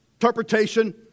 interpretation